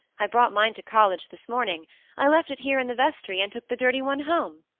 i brought mine to college this morning i left it here in the vestry, and took the dirty one home.